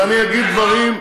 אז אגיד דברים,